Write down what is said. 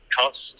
costs